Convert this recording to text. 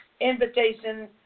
invitation